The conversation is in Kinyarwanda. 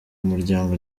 umuryango